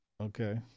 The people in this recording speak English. Okay